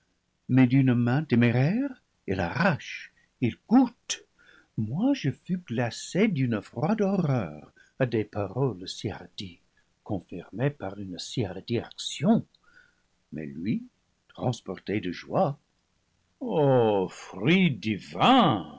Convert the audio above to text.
mais d'une main téméraire il arrache il goûte moi je fus glacée d'une froide horreur à des paroles si hardies confirmées par une si hardie action mais lui transporté de joie o fruit divin